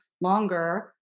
longer